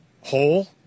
whole